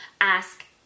Ask